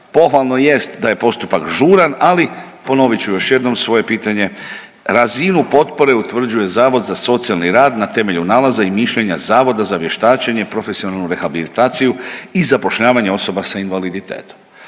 pohvalno jest da je postupak žuran, ali ponovit ću još jednom, svoje pitanje, razinu potpore utvrđuje Zavod za socijalni rad na temelju nalaza i mišljenja Zavoda za vještačenje, profesionalnu rehabilitaciju i zapošljavanje osoba s invaliditetom.